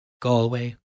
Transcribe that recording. Galway